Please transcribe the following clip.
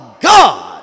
God